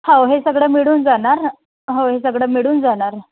हो हे सगळं मिळून जाणार हो हे सगळं मिळून जाणार